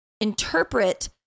interpret